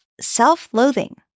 self-loathing